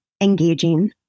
engaging